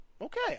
Okay